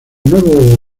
nuevo